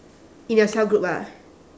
in your cell group ah